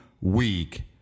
week